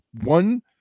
one